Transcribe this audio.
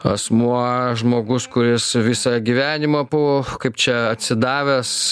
asmuo žmogus kuris visą gyvenimą buvo kaip čia atsidavęs